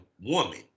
woman